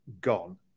gone